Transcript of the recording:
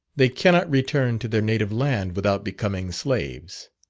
they cannot return to their native land without becoming slaves.